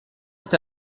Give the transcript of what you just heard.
est